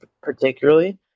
particularly